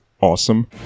awesome